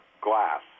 glass